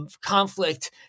conflict